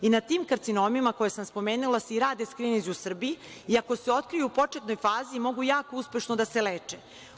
Na tim karcinomima koje sam spomenula se i rade skrininzi u Srbiji, ako se otkriju u početnoj fazi, mogu jako uspešno da se leče.